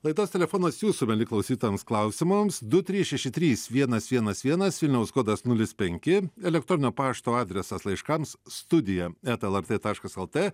laidos telefonas jūsų mieli klausytojams klausimams du trys šeši trys vienas vienas vienas vilniaus kodas nulis penki elektroninio pašto adresas laiškams studija eta lrt taškas lt